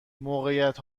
موقعیت